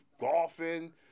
golfing